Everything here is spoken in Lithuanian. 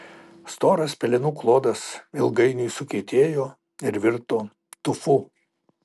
storas pelenų klodas ilgainiui sukietėjo ir virto tufu